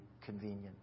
convenient